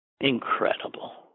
Incredible